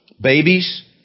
babies